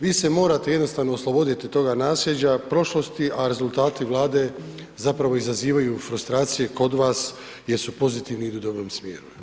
Vi se morate jednostavno osloboditi toga nasljeđa prošlosti, a rezultati Vlade zapravo izazivaju frustracije kod vas jer su pozitivni i idu u dobrom smjeru.